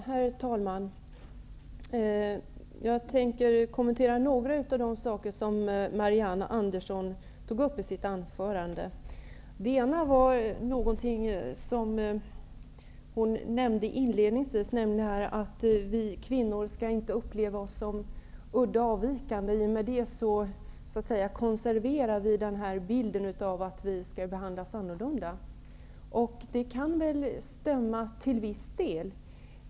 Herr talman! Jag tänker kommentera några av de saker som Marianne Andersson tog upp i sitt anförande. Hon nämnde inledningsvis att vi kvinnor inte skall uppleva att vi är udda och avvikande. I och med det ''konserveras'' bilden av att vi skall behandlas annorlunda, och det kan stämma till viss del.